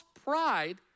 pride